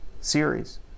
series